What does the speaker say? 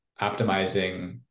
optimizing